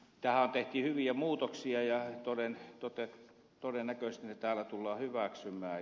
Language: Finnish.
tähän tehtiin hyviä muutoksia ja todennäköisesti ne täällä tullaan hyväksymään